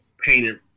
painted